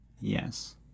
Yes